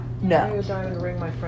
no